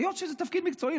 היות שזה תפקיד מקצועי.